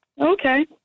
okay